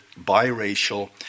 biracial